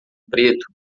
preto